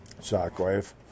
Shockwave